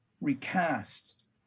recast